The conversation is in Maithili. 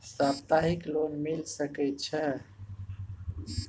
सप्ताहिक लोन मिल सके छै?